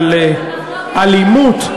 אבל אלימות,